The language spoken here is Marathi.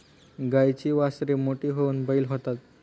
गाईची वासरे मोठी होऊन बैल होतात